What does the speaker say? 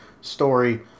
story